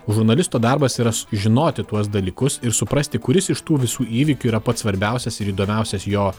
žurnalisto darbas yra s žinoti tuos dalykus ir suprasti kuris iš tų visų įvykių yra pats svarbiausias ir įdomiausias jo